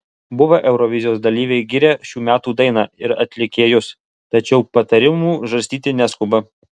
buvę eurovizijos dalyviai giria šių metų dainą ir atlikėjus tačiau patarimų žarstyti neskuba